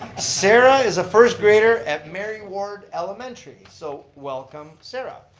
sara is a first grader at mary ward elementary. so welcome sara.